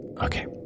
Okay